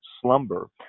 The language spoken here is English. slumber